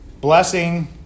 Blessing